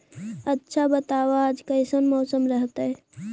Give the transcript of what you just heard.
आच्छा बताब आज कैसन मौसम रहतैय?